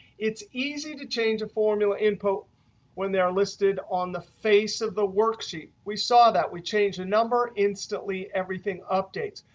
it's easy to change a formula input when they are listed on the face of the worksheet. we saw that. we changed a number, instantly everything updates.